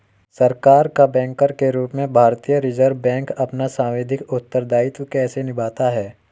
सरकार का बैंकर के रूप में भारतीय रिज़र्व बैंक अपना सांविधिक उत्तरदायित्व कैसे निभाता है?